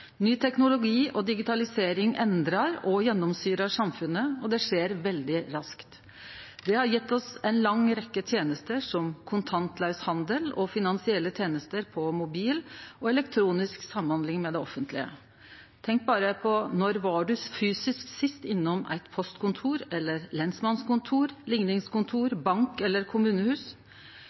og det skjer veldig raskt. Det har gjeve oss ei lang rekkje tenester, som kontantlaus handel, finansielle tenester på mobil og elektronisk samhandling med det offentlege. Tenk berre på når ein sist var fysisk innom eit postkontor, eit lensmannskontor, eit likningskontor, ein bank eller eit kommunehus.